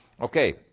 Okay